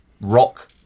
rock